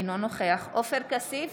אינו נוכח עופר כסיף,